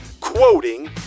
quoting